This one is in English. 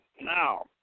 now